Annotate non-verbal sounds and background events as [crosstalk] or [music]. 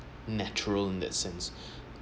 natural in that sense [breath]